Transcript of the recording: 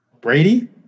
Brady